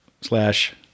slash